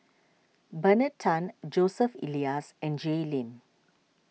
Bernard Tan Joseph Elias and Jay Lim